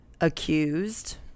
accused